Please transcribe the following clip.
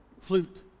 flute